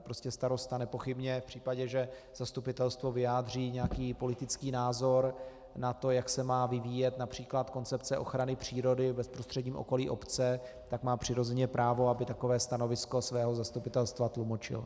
Prostě starosta nepochybně v případě, že zastupitelstvo vyjádří nějaký politický názor na to, jak se má vyvíjet například koncepce ochrany přírody v bezprostředním okolí obce, má přirozeně právo, aby takové stanovisko svého zastupitelstva tlumočil.